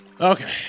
Okay